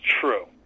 true